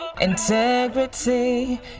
Integrity